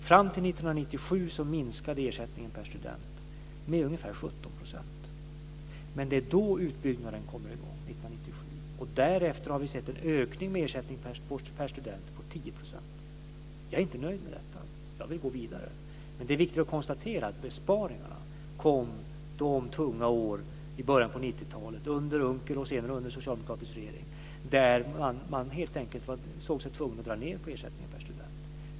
Fram till 1997 minskade ersättningen per student med ungefär 17 %, men det är då utbyggnaden kom i gång. Därefter har vi sett en ökning av ersättningen per student på 10 %. Jag är inte nöjd med detta, jag vill gå vidare. Men det är viktigt att konstatera att besparingarna kom de tunga år i början av 90-talet under Unckel och sedan under en socialdemokratisk regering då man helt enkelt såg sig tvungen att dra ned ersättningen per student.